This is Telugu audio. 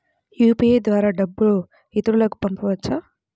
యూ.పీ.ఐ ద్వారా డబ్బు ఇతరులకు పంపవచ్చ?